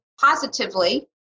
positively